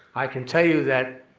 i can tell you that